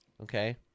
Okay